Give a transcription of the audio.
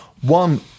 one